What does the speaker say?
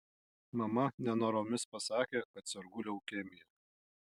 mama nenoromis pasakė kad sergu leukemija